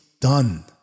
done